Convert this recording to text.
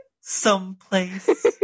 Someplace